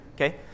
okay